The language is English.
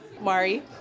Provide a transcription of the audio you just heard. Mari